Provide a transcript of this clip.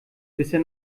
bisher